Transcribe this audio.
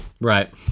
Right